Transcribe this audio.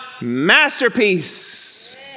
masterpiece